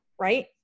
Right